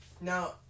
Now